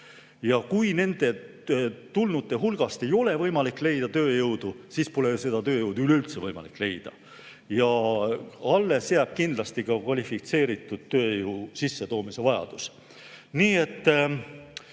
Ja kui nende tulnute hulgast ei ole võimalik leida tööjõudu, siis pole seda tööjõudu üleüldse võimalik leida. Alles jääb kindlasti ka kvalifitseeritud tööjõu sissetoomise vajadus. Nii et